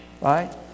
Right